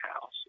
house